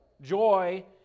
Joy